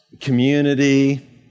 community